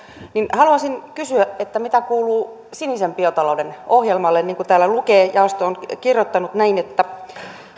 haluaisin kysyä mitä kuuluu sinisen biotalouden ohjelmalle niin kuin täällä lukee jaosto on kirjoittanut näin